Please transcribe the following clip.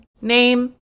name